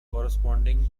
corresponding